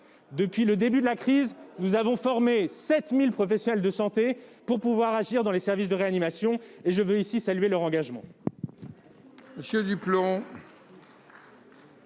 Depuis le début de la crise, nous avons formé 7 000 professionnels de santé pour qu'ils puissent agir dans les services de réanimation, et je veux ici saluer leur engagement.